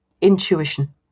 intuition